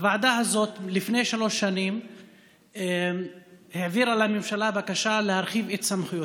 הוועדה הזאת העבירה לפני שלוש שנים לממשלה בקשה להרחיב את סמכויותיה.